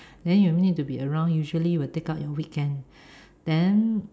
then you need to be around usually will take up your weekends then